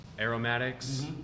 aromatics